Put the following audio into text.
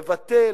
לבטא,